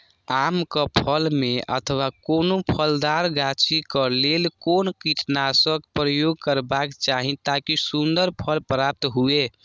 आम क फल में अथवा कोनो फलदार गाछि क लेल कोन कीटनाशक प्रयोग करबाक चाही ताकि सुन्दर फल प्राप्त हुऐ?